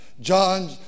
John